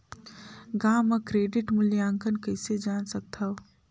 गांव म क्रेडिट मूल्यांकन कइसे जान सकथव?